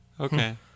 Okay